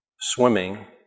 swimming